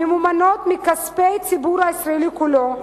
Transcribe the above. הממומנות מכספי הציבור הישראלי כולו,